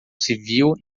civil